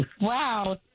Wow